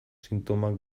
sintomak